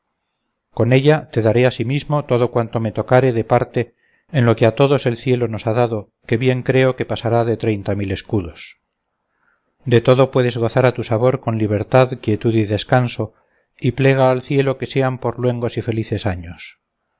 con ella te daré asimismo todo cuanto me tocare de parte en lo que a todos el cielo nos ha dado que bien creo que pasará de treinta mil escudos de todo puedes gozar a tu sabor con libertad quietud y descanso y plega al cielo que sea por luengos y felices años